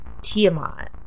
Tiamat